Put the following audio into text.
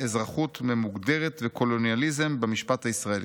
אזרחות ממוגדרת וקולוניאליזם במשפט הישראלי".